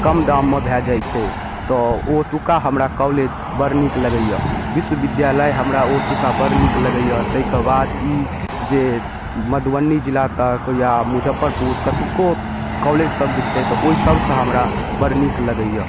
कम दाममे भऽ जाइ छै तऽ ओतुका हमरा कॉलेज बड़ नीक लगैए विश्वविद्यालय हमरा ओतुका बड़ नीक लगैए ताहिके बाद ई जे मधुबनी जिला तक या मुजफ्फरपुर कतौको कॉलेजसब जे छै तऽ ओहिसबसँ हमरा बड़ नीक लगैए